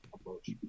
approach